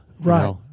Right